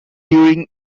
during